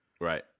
right